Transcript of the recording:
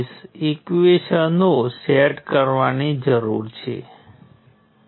રેઝિસ્ટરનો resistance R અને conductance G છે